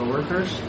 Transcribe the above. workers